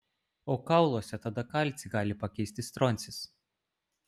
o kauluose tada kalcį gali pakeisti stroncis